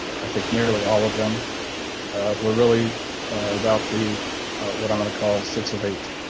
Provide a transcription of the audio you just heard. i think nearly all of them were really about the what i'm going to call six of eight.